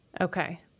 Okay